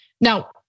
Now